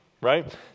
right